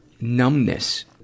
numbness